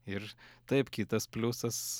ir taip kitas pliusas